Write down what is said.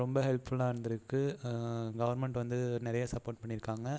ரொம்ப ஹெல்ப்ஃபுல்லாக இருந்துருக்கு கவர்மெண்ட் வந்து நிறைய சப்போர்ட் பண்ணிருக்காங்க